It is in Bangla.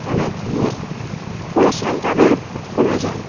অনেক ইয়ে পরিশ্রম তাদের কমে যায়